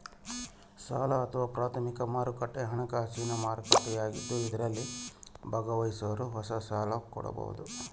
ಸಾಲ ಅಥವಾ ಪ್ರಾಥಮಿಕ ಮಾರುಕಟ್ಟೆ ಹಣಕಾಸಿನ ಮಾರುಕಟ್ಟೆಯಾಗಿದ್ದು ಇದರಲ್ಲಿ ಭಾಗವಹಿಸೋರು ಹೊಸ ಸಾಲ ಕೊಡಬೋದು